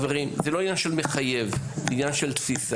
זה לא עניין של מחייב; זה עניין של תפיסה.